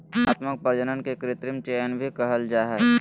चयनात्मक प्रजनन के कृत्रिम चयन भी कहल जा हइ